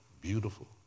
beautiful